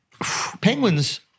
Penguins